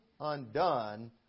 undone